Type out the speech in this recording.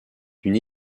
d’une